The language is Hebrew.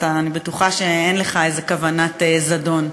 ואני בטוחה שאין לך איזה כוונת זדון,